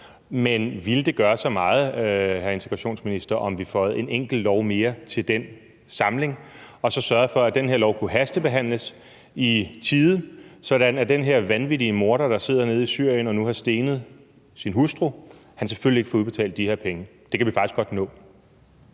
hr. integrationsminister, om vi føjede et enkelt lovforslag mere til den samling og så sørgede for, at det her lovforslag kunne hastebehandles i tide, sådan at den her vanvittige morder, der sidder nede i Syrien og nu har stenet sin hustru, selvfølgelig ikke får udbetalt de her penge? Det kan vi faktisk godt nå.